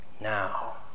Now